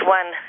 one